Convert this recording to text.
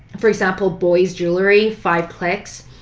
for example, boys jewelry, five clicks.